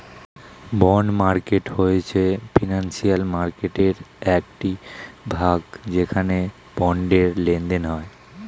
bond market হয়েছে financial মার্কেটয়ের একটি ভাগ যেখানে বন্ডের লেনদেন হয়